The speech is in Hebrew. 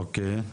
אוקיי.